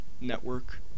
network